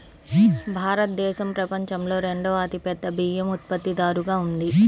భారతదేశం ప్రపంచంలో రెండవ అతిపెద్ద బియ్యం ఉత్పత్తిదారుగా ఉంది